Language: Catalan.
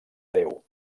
déu